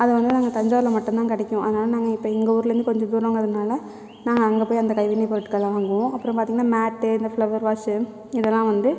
அதை வந்து நாங்கள் தஞ்சாவூரில் மட்டும் தான் கிடைக்கும் அதனால் நாங்கள் இப்போ எங்கள் ஊரிலேந்து கொஞ்ச தூரங்கிறதுனால நாங்கள் அங்கே போய் அந்த கைவினைப் பொருட்களெலாம் வாங்குவோம் அப்புறம் பார்த்திங்கன்னா மேட்டு இந்த ஃபிளவர் வாஷு இதெல்லாம் வந்து